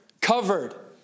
covered